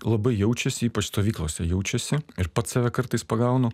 labai jaučiasi ypač stovyklose jaučiasi ir pats save kartais pagaunu